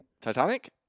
Titanic